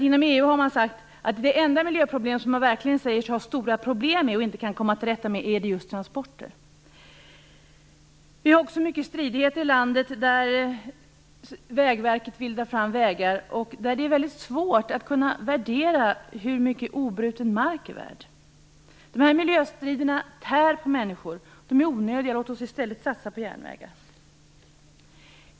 Inom EU har man sagt att det enda miljöproblem som man verkligen har stora problem med och inte kan komma till rätta med är just transporterna. Det är också mycket stridigheter i landet om att Vägverket vill dra fram vägar. Det är ju väldigt svårt att värdera hur mycket obruten mark är värd. Dessa miljöstrider tär på människor och är onödiga. Låt oss i stället satsa på järnvägar.